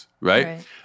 Right